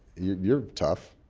you're tough.